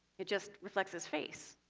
it just reflects his face.